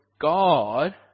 God